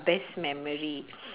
best memory